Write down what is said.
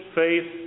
faith